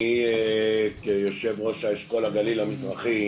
וכיושב-ראש אשכול הגליל המזרחי,